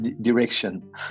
direction